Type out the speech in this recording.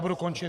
Budu končit.